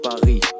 Paris